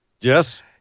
Yes